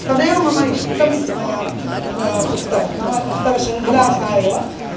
तदेव मम इष्टं पुस्तकं नाम पुस्तकशृङ्खला सा एव